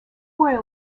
were